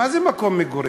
מה זה מקום מגורים?